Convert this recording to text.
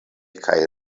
kaj